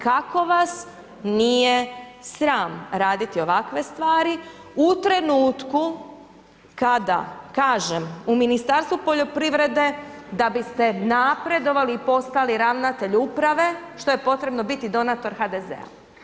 Kako vas nije sram raditi ovakve stvari u trenutku kada kažem, u Ministarstvu poljoprivrede da biste napredovali i postali ravnatelj uprave, što je potrebno biti donator HDZ-a.